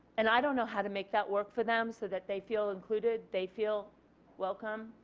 and i don't know how to make that work for them so that they feel included they feel welcome,